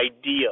idea